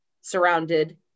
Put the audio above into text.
surrounded